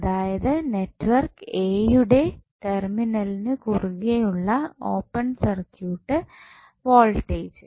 അതായത് network A യുടെ ടെർമിനലിന് കുറുകെ ഉള്ള ഓപ്പൺ സർക്യൂട്ട് വോൾടേജ്